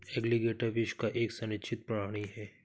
alligator विश्व का एक संरक्षित प्राणी है